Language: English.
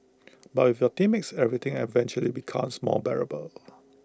but with the teammates everything eventually becomes more bearable